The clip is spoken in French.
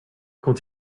quand